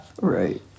right